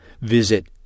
Visit